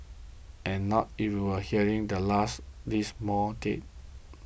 and not hearing the last these mall deaths